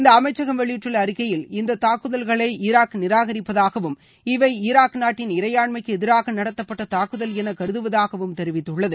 இந்த அமைச்சகம் வெளியிட்டுள்ள அறிக்கையில் இந்த தாக்குதல்களை ஈராக் நிராகரிப்பதாகவும் இவை ஈராக் நாட்டின் இறையாண்மைக்கு எதிராக நடத்தப்பட்ட தாக்குதல் என கருதுவதாகவும் தெரிவித்துள்ளது